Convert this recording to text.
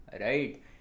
Right